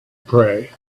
pray